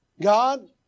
God